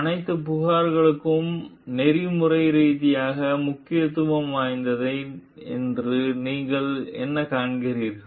அனைத்து புகார்களும் நெறிமுறை ரீதியாக முக்கியத்துவம் வாய்ந்தவை என்று நீங்கள் என்ன காண்கிறீர்கள்